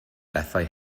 bethau